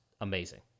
amazing